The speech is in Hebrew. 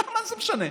מה זה משנה?